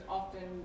often